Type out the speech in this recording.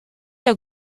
der